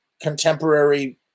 contemporary